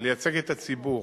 לייצג את הציבור,